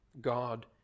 God